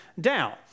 down